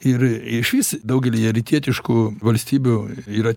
ir išvis daugelyje rytietiškų valstybių yra